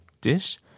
dish